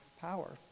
power